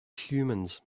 humans